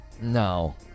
no